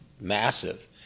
massive